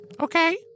Okay